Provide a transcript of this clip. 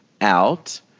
out